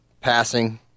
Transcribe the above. passing